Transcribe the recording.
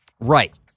right